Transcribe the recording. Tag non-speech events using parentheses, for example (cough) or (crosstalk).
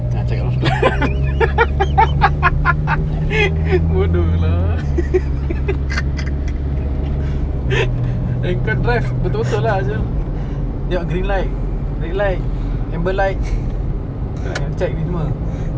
ah cakap perlahan-perlah~ (laughs) bodohlah (laughs) eh kau drive betul-betul lah sia tengok green light red light amber light kena check ni semua